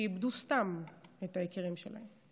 שאיבדו סתם את היקירים שלהן.